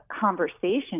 conversation